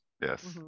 yes